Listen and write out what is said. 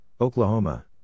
Oklahoma